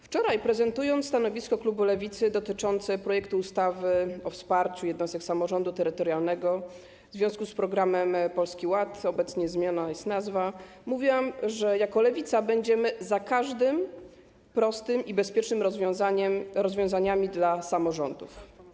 Wczoraj prezentując stanowisko klubu Lewicy dotyczące projektu ustawy o wsparciu jednostek samorządu terytorialnego w związku z Programem Polski Ład - obecnie zmieniona jest nazwa - mówiłam, że jako Lewica będziemy za każdymi prostymi i bezpiecznymi rozwiązaniami dla samorządów.